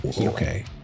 Okay